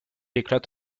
éclate